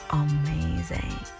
amazing